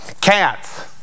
Cats